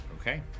Okay